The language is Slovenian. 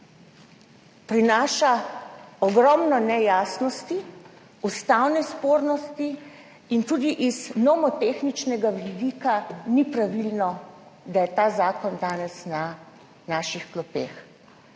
prinaša ogromno nejasnosti, ustavne spornosti in tudi z nomotehničnega vidika ni pravilno, da je ta zakon danes na naših klopeh.